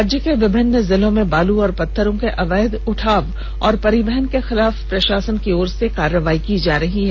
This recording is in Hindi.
राज्य के विभिन्न जिलों में बालू और पत्थरों के अवैध उठाव और परिवहन के खिलाफ प्रषासन की ओर से कार्रवाई की जा रही है